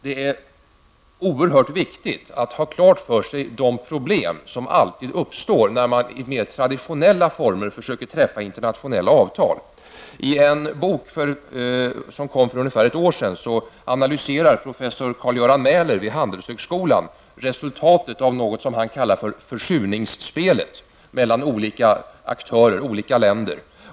Det är oerhört viktigt att ha klart för sig de problem som alltid uppstår när man i mer traditionella former försöker träffa internationella avtal. I en bok som kom för ungefär ett år sedan analyserar professor Karl-Göran Mäler vid Handelshögskolan resultatet av något som han kallar för försurningsspelet mellan olika aktörer, dvs. länder.